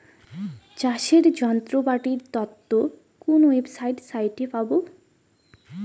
চাষের যন্ত্রপাতির তথ্য কোন ওয়েবসাইট সাইটে পাব?